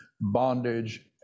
bondage